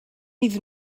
iddyn